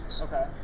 Okay